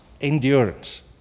endurance